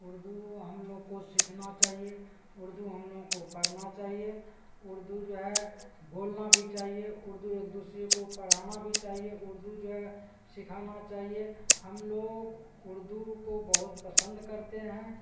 اردو ہم لوگ کو سیکھنا چاہیے اردو ہم لوگوں کو پڑھنا چاہیے اردو جو ہے بولنا بھی چاہیے اردو ایک دوسرے کو پڑھانا بھی چاہیے اردو جو ہے سکھانا چاہیے ہم لوگ اردو کو بہت پسند کرتے ہیں